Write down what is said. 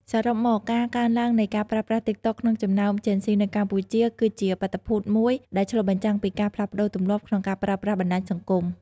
សរុបមក ការកើនឡើងនៃការប្រើប្រាស់តិកតុកក្នុងចំណោមជេនហ្ស៊ីនៅកម្ពុជា គឺជាបាតុភូតមួយដែលឆ្លុះបញ្ចាំងពីការផ្លាស់ប្ដូរទម្លាប់ក្នុងការប្រើប្រាស់បណ្ដាញសង្គម។